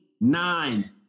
nine